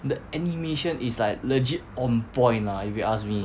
the animation is like legit on point lah if you ask me